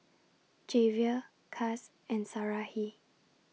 Javier Cas and Sarahi